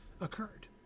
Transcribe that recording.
occurred